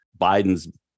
Biden's